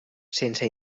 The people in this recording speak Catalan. sense